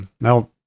Now